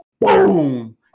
boom